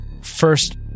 first